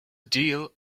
deal